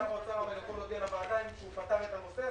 שר האוצר יכול להודיע לוועדה שהוא פתר הנושא.